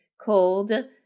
called